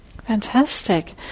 Fantastic